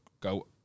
go